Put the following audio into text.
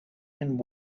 and